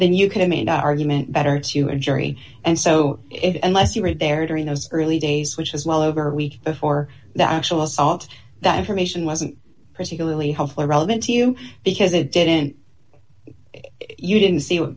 then you could have made argument better to a jury and so it unless you were there during those early days which is well over a week before the actual assault that information wasn't particularly helpful relevant to you because it didn't you didn't see